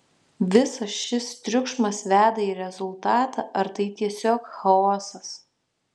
visas šis triukšmas veda į rezultatą ar tai tiesiog chaosas